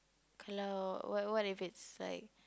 cloud what what if it's like